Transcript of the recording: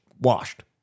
Washed